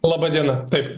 laba diena taip